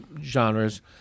genres